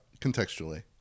Contextually